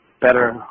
better